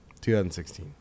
2016